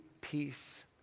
peace